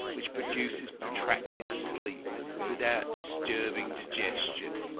which produces protracted sleep without disturbing digestion,